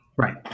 Right